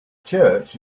church